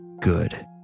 Good